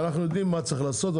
ואנחנו יודעים מה צריך לעשות.